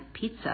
pizza